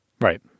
Right